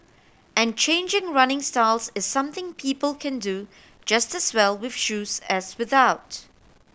and changing running styles is something people can do just as well with shoes as without